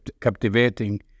captivating